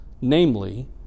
namely